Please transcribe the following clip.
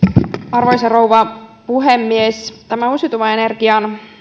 arvoisa rouva puhemies tämä uusiutuvan energian